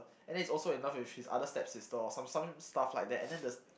and then he's also in love with his other stepsister or some some stuff like that and then the